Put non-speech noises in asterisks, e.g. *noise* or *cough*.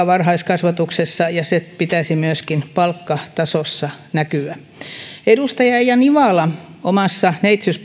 *unintelligible* varhaiskasvatuksessa ja sen pitäisi myöskin palkkatasossa näkyä edustaja eija nivala omassa